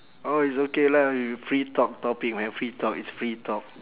orh it's okay lah y~ free talk topic man free talk it's free talk